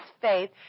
faith